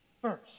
first